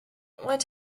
what